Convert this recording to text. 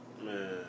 man